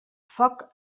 foc